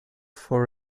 for